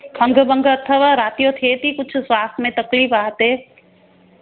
खंघि बंग अथव राति जो थिए थी कुझु सांस में तकलीफ़ हार्ट ते